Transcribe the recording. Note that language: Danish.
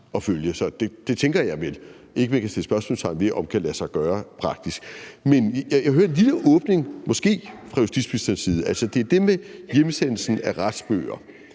det tænker jeg ikke man kan sætte spørgsmålstegn ved om kan lade sig gøre i praksis. Men jeg hørte måske en lille åbning fra justitsministerens side. Altså, det er det med hjemsendelsen af retsbøger,